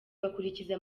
bakurikiza